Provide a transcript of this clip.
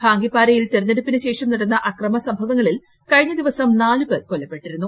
ഭാങ്കിപ്പാരയിൽ തിരഞ്ഞെടുപ്പിനുശേഷം നടന്ന അക്രമ സംഭവങ്ങളിൽ കഴിഞ്ഞ ദിവസം നാല് പേർ കൊല്ലപ്പെട്ടിരുന്നു